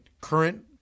current